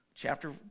Chapter